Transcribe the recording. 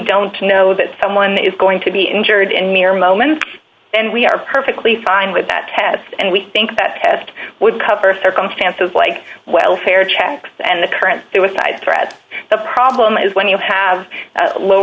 don't know that someone is going to be injured in mere moments and we are perfectly fine with that test and we think that test would cover circumstances like welfare checks and the current it with side threat the problem is when you have low